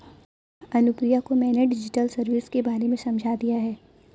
अनुप्रिया को मैंने digital service के बारे में समझा दिया है